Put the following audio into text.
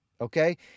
Okay